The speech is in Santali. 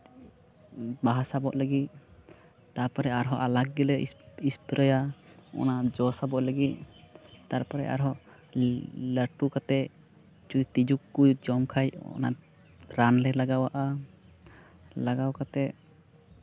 ᱵᱟᱦᱟ ᱥᱟᱵᱚᱜ ᱞᱟᱹᱜᱤᱫ ᱛᱟᱨᱯᱚᱨᱮ ᱟᱨᱦᱚᱸ ᱟᱞᱟᱜᱽ ᱜᱮᱞᱮ ᱥᱯᱨᱮᱭᱟ ᱚᱱᱟ ᱡᱚ ᱥᱟᱵᱚᱜ ᱞᱟᱹᱜᱤᱫ ᱛᱟᱨᱯᱚᱨᱮ ᱟᱨᱦᱚᱸ ᱞᱟᱹᱴᱩ ᱠᱟᱛᱮᱫ ᱡᱩᱫᱤ ᱛᱤᱸᱡᱩ ᱠᱚᱠᱚ ᱡᱚᱢ ᱠᱷᱟᱡ ᱚᱱᱟ ᱨᱟᱱᱞᱮ ᱞᱟᱜᱟᱣᱟᱜᱼᱟ ᱞᱟᱜᱟᱣ ᱠᱟᱛᱮᱫ